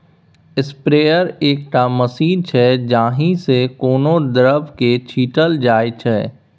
sprayer एकटा machine छै जाहि सँ कोनो द्रब केँ छीटल जाइ छै